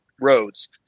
roads